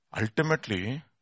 Ultimately